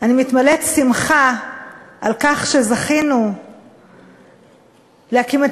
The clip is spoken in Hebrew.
אני מתמלאת שמחה על כך שזכינו להקים את